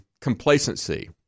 complacency